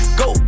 go